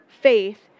faith